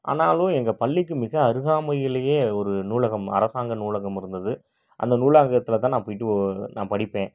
ஆனாலும் எங்கள் பள்ளிக்கு மிக அருகாமையிலேயே ஒரு நூலகம் அரசாங்க நூலகம் இருந்தது அந்த நூலகத்தில் தான் நான் போயிட்டு நான் படிப்பேன்